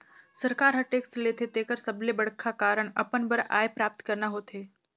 सरकार हर टेक्स लेथे तेकर सबले बड़खा कारन अपन बर आय प्राप्त करना होथे